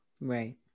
right